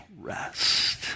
rest